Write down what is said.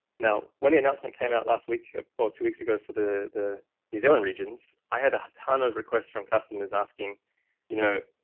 no. when the announcement came out last week or two weeks ago for the the new zealand regions, i had a ton of requests from customers asking you know